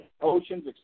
oceans